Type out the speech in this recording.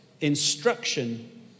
instruction